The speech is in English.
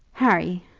harry,